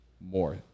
more